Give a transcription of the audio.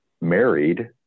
married